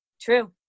True